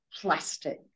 plastic